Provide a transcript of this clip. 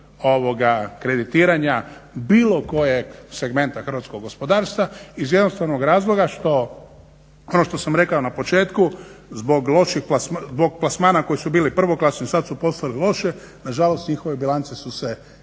kreditiranja bilo kojeg segmenta hrvatskog gospodarstva iz jednostavnog razloga što ono što sam rekao na početku zbog plasmana koji su bili prvoklasni sada su postali loše, nažalost njihove bilance su se